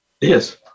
yes